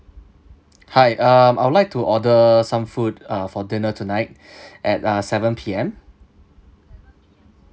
hi um I would like to order some food uh for dinner tonight at uh seven P_M